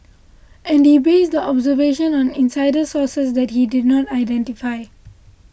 and he based the observation on insider sources that he did not identify